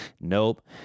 Nope